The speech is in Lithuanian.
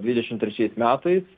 dvidešimt trečiais metais